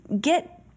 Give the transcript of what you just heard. get